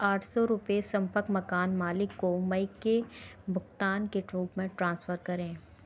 आठ सौ रुपय संपर्क मकान मालिक को मई के भुगतान के रूप में ट्रांसफ़र करें